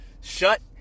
Shut